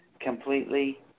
Completely